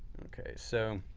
okay. so,